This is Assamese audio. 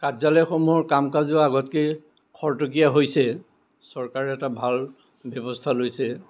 কাৰ্য্য়ালয়সমূহৰ কাম কাজো আগতকৈ খৰতকীয়া হৈছে চৰকাৰে এটা ভাল ব্য়ৱস্থা লৈছে